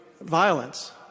violence